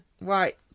Right